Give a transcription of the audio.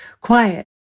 quiet